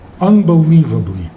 unbelievably